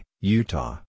Utah